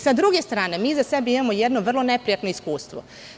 Sa druge strane, mi iza sebe imamo jedno vrlo neprijatno iskustvo.